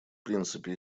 принципе